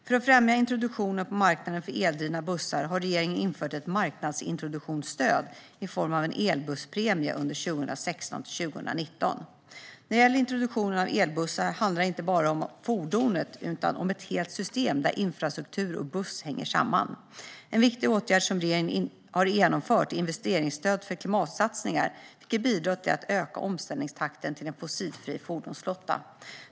För att främja introduktionen på marknaden av eldrivna bussar har regeringen infört ett marknadsintroduktionsstöd i form av en elbusspremie under 2016-2019. När det gäller introduktionen av elbussar handlar det inte bara om fordonet utan om ett helt system, där infrastruktur och buss hänger samman. En viktig åtgärd som regeringen har vidtagit är investeringsstöd för klimatsatsningar, något som bidrar till att öka omställningstakten till en fossilfri fordonsflotta.